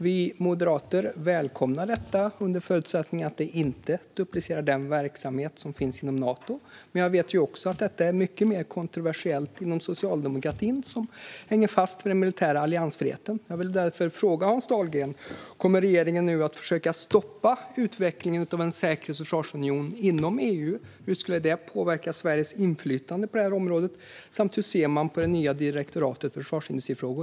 Vi moderater välkomnar detta under förutsättning att det inte duplicerar den verksamhet som finns inom Nato. Men jag vet att detta är mycket mer kontroversiellt inom socialdemokratin, som hänger fast vid den militära alliansfriheten. Jag vill därför fråga Hans Dahlgren: Kommer regeringen nu att försöka stoppa utvecklingen av en säkerhets och försvarsunion inom EU? Hur skulle det påverka Sveriges inflytande på detta område? Och hur ser man på det nya direktoratet för försvarsindustrifrågor?